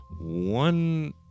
One